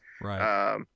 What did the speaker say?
right